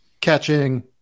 catching